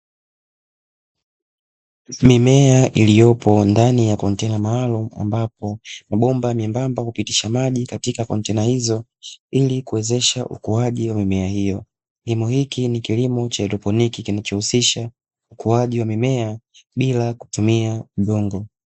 Mimea iliyopo ndani ya kontena maalumu, ambapo mabomba myembamba hupitisha maji katika kontena hizo ili kuwezesha ukuaji wa mimea hiyo, kilimo hiki ni kilimo cha haidroponi ambacho kinawezesha ukuaji wa mimea bila kutumia udongo.